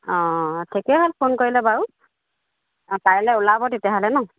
অঁ ঠিকে হ'ল ফোন কৰিলে বাৰু অঁ কাইলৈ ওলাব তেতিয়াহ'লে নহ্